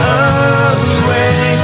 away